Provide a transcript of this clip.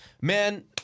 man